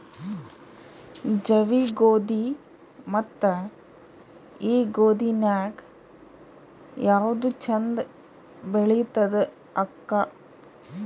ಜವಿ ಗೋಧಿ ಮತ್ತ ಈ ಗೋಧಿ ನ್ಯಾಗ ಯಾವ್ದು ಛಂದ ಬೆಳಿತದ ಅಕ್ಕಾ?